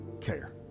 care